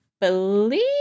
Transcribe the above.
believe